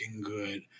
good